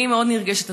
אני מאוד נרגשת,